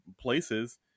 places